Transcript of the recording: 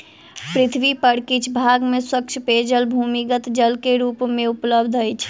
पृथ्वी पर किछ भाग में स्वच्छ पेयजल भूमिगत जल के रूप मे उपलब्ध अछि